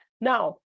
Now